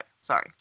Sorry